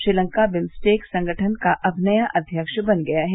Sri Lanka BIMSTEC संगठन का अब नया अध्यक्ष बन गया है